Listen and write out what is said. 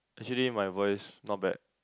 actually my voice not bad